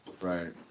Right